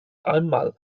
einmal